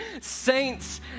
saints